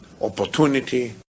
opportunity